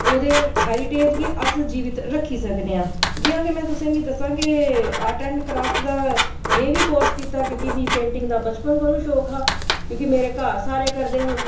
ओह्दे हेरीटेज़ गी अस जीवित रक्खी सकने आं जि'यां की में तुसेंगी दस्सां क आर्ट एंड क्रॉफ् दा में बी कोर्स कीता क्योंकि पेंटिंग दा बचपन कोला शौक हा क्योंकि मेरे घर सारे करदे हे